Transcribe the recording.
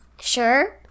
sure